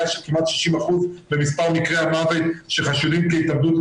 של כמעט 60% במספר מקרי המוות שחשודים כהתאבדות,